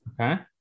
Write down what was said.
Okay